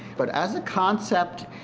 but as a concept,